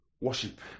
worship